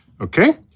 okay